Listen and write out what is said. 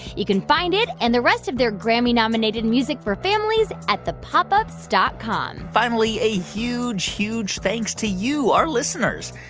you can find it and the rest of their grammy-nominated music for families at thepopups dot com finally, a huge, huge thanks to you, our listeners.